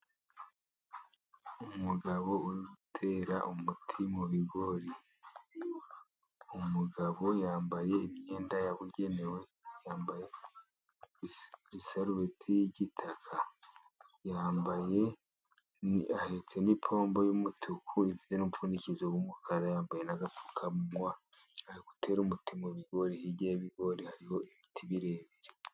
Umugabo utera umuti mu bigori. Umugabo yambaye imyenda yabugenewe. Yambaye isarubeti y'igitaka, yambaye ahetse n'ipombo y'umutuku ifite n'umupfundikizo w'umukara, yambaye n'agapfukamunwa ari gutera umuti mu bigori, hirya y'ibigori hariho ibiti birebire.